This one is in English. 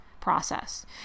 process